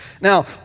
Now